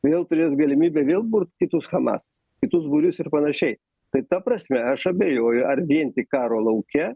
vėl turės galimybę vėl burt kitus hamas kitus būrius ir panašiai tai ta prasme aš abejoju ar ginti karo lauke